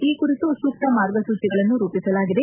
ಈ ಕುರಿತು ಸೂಕ್ತ ಮಾರ್ಗಸೂಚಿಗಳನ್ನು ರೂಪಿಸಲಾಗಿದೆ